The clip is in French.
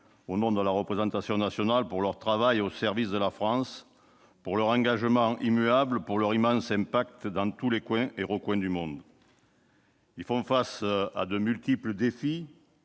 au nom de la représentation nationale, pour leur travail au service de la France, pour leur engagement immuable, pour leur immense impact dans tous les coins et recoins du monde. Ils font face à de multiples défis,